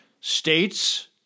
states